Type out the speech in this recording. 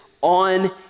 on